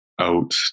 out